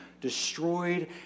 destroyed